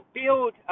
build